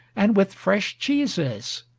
and with fresh cheeses,